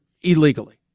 illegally